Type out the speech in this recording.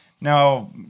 now